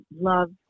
love